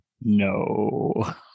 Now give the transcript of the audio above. No